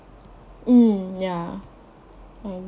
mm ya I agree lor